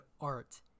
art